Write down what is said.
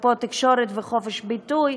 אפרופו תקשורת וחופש ביטוי,